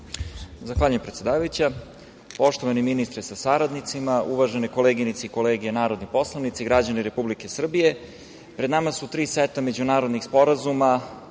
Zahvaljujem, predsedavajuća. Poštovani ministre sa saradnicima, uvažene koleginice i kolege narodni poslanici, građani Republike Srbije, pred nama su tri seta međunarodnih sporazuma